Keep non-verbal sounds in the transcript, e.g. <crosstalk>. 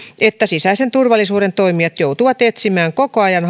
että sisäisen turvallisuuden toimijat joutuvat etsimään haastavassa toimintaympäristössä koko ajan <unintelligible>